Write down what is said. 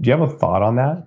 do you have a thought on that?